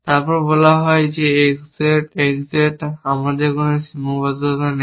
তারপরে বলা হয় X Z X Z আমাদের কোনও সীমাবদ্ধতা নেই